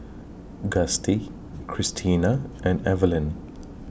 Gustie Christena and Evaline